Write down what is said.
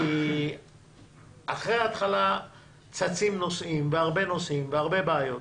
כי אחרי ההתחלה צצים נושאים והרבה נושאים והרבה בעיות,